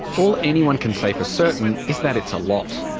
all anyone can say for certain is that it's a lot.